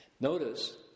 Notice